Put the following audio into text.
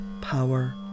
power